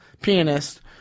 pianist